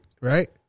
right